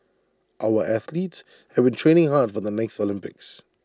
our athletes have been training hard for the next Olympics